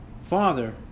Father